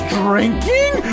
drinking